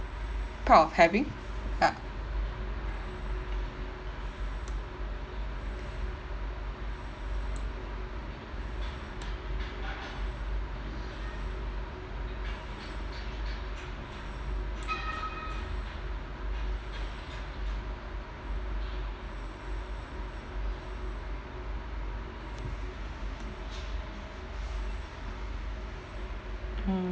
proud of having ya mm